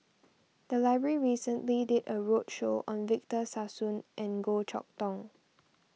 the library recently did a roadshow on Victor Sassoon and Goh Chok Tong